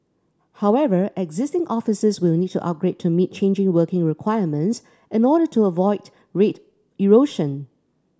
however existing offices will need to upgrade to meet changing working requirements in order to avoid rate erosion